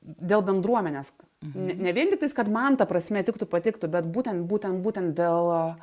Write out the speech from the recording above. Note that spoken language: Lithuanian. dėl bendruomenės ne ne vien tik tais kad man ta prasme tiktų patiktų bet būtent būtent būtent dėl